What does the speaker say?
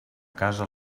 casa